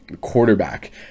quarterback